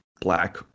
black